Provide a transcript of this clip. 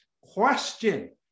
Question